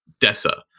Dessa